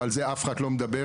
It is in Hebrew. ועל זה אף אחד לא מדבר.